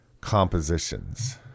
compositions